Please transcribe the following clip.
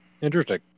Interesting